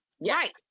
yes